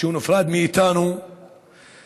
מכך שהוא נפרד מאיתנו בצורה פומבית.